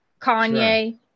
Kanye